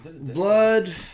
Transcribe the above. blood